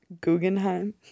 Guggenheim